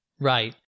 right